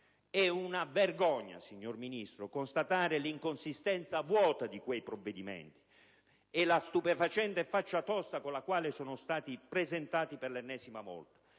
è una vergogna constatare l'inconsistenza vuota di quei provvedimenti e la stupefacente faccia tosta con cui sono stati presentati per l'ennesima volta,